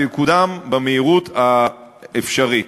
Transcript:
ויקודם במהירות האפשרית.